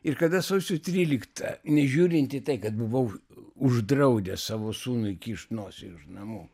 ir kada sausio tryliktą nežiūrint į tai kad buvau uždraudęs savo sūnui kišt nosį iš namų